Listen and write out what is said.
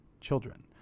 children